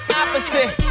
opposite